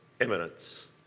eminence